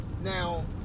Now